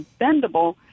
bendable